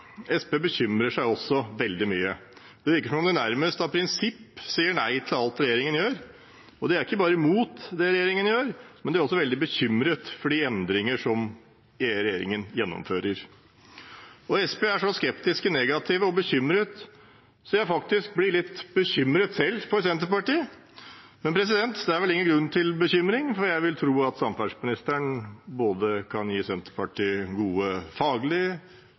Senterpartiet bekymrer seg også veldig mye. Det virker som om de nærmest av prinsipp sier nei til alt regjeringen gjør. De er ikke bare imot det regjeringen gjør, men de er også veldig bekymret for de endringer som regjeringen gjennomfører. Senterpartiet er så skeptiske, negative og bekymret at jeg faktisk selv blir litt bekymret for Senterpartiet. Men det er vel ingen grunn til bekymring, for jeg vil tro at samferdselsministeren kan gi Senterpartiet både gode